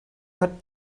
hat